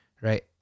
Right